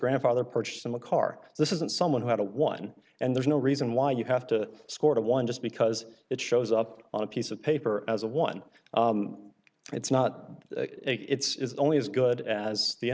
car this isn't someone who had a one and there's no reason why you have to score to one just because it shows up on a piece of paper as a one it's not it's only as good as the